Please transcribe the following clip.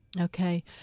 Okay